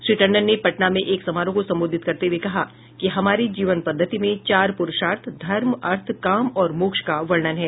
श्री टंडन ने पटना में एक समारोह को संबोधित करते हये कहा कि हमारी जीवन पद्धति में चार पुरूषार्थ धर्म अर्थ काम और मोक्ष का वर्णन है